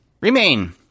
Remain